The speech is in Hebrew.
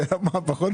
השאלה היא מה פחות.